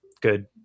good